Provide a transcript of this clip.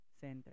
center